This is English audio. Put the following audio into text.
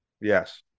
Yes